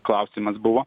klausimas buvo